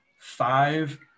five